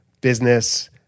business